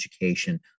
education